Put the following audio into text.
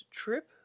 trip